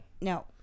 No